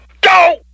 Go